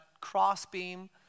crossbeam